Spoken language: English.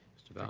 mr. baum. oh,